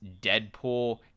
Deadpool